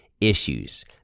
issues